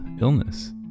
illness